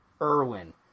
Irwin